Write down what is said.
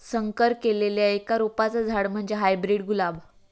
संकर केल्लल्या एका रोपाचा झाड म्हणजे हायब्रीड गुलाब